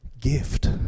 gift